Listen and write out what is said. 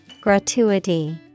Gratuity